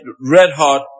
red-hot